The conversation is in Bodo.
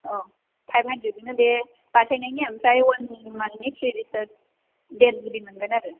अ फाइभ हान्ड्रे्डजोंनो बे बाथायनायनि ओमफ्राय वान जिबि मान्थनि फ्रि रिसार्ज देर जिबि मोनगोन आरो